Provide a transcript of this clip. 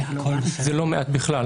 זה לא מעט בכלל.